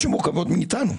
מורכבות מאתנו,